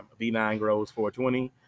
V9Grows420